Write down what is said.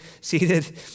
seated